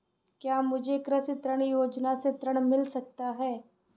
क्या मुझे कृषि ऋण योजना से ऋण मिल सकता है?